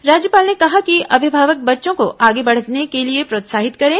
राज्यपाल ने कहा कि अभिभावक बच्चों को आगे बढ़ने के लिए प्रोत्साहित करें